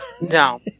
No